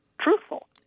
truthful